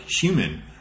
human